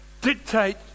dictate